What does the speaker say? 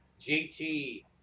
JT